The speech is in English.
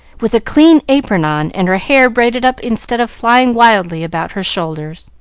with a clean apron on and her hair braided up instead of flying wildly about her shoulders.